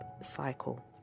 cycle